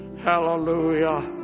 Hallelujah